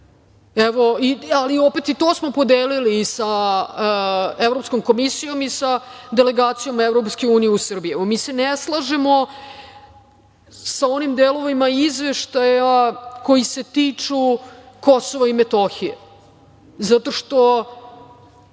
ali i to smo podelili sa Evropskom komisijom i sa delegacijom EU u Srbiji. Mi se ne slažemo sa onim delovima izveštaja koji se tiču Kosova i Metohije, zato što